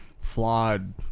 flawed